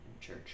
church